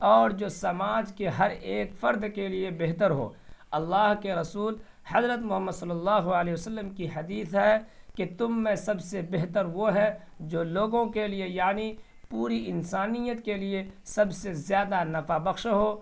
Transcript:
اور جو سماج کے ہر ایک فرد کے لیے بہتر ہو اللہ کے رسول حضرت محمد صلی اللہ علیہ وسلم کی حدیث ہے کہ تم میں سب سے بہتر وہ ہے جو لوگوں کے لیے یعنی پوری انسانیت کے لیے سب سے زیادہ نفع بخش ہو